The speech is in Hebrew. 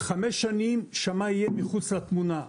חמש שנים שמאי יהיה מחוץ לתמונה.